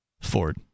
Ford